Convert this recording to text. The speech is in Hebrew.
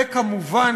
וכמובן,